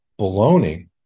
baloney